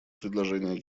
предложения